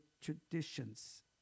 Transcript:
traditions